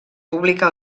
pública